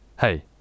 Hey